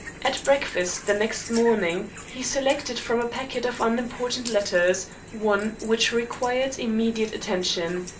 at breakfast the next morning he selected from a packet of unimportant letters one which required immediate attention.